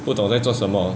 不懂在做什么